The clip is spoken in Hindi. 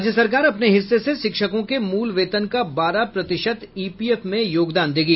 राज्य सरकार अपने हिस्से से शिक्षकों के मूल वेतन का बारह प्रतिशत ईपीएफ में योगदान देगी